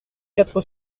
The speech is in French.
quatre